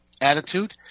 attitude